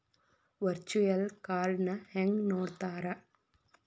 Virtual ಕಾರ್ಡ್ನ ಹೆಂಗ್ ನೋಡ್ತಾರಾ?